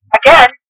again